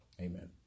Amen